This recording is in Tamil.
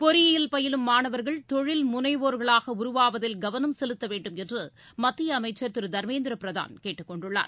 பொறியியல் பயிலும் மாணவர்கள் தொழில் முனைவோ்களாகஉருவாவதில் கவனம் செலுத்தவேண்டும் என்றுமத்தியஅமைச்சர் திருதர்மேந்திரபிரதான் கேட்டுக்கொண்டுள்ளார்